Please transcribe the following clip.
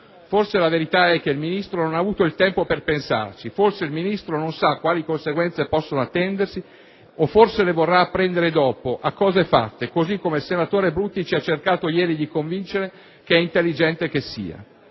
Forse la verità è che il Ministro non ha avuto il tempo per pensarci; forse il Ministro non sa quali conseguenze possono attendersi e forse le vorrà apprendere dopo, a cose fatte, così come il senatore Brutti ha ieri cercato di convincere che è intelligente che sia.